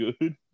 good